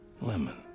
lemon